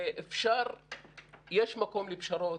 יש מקום לפשרות.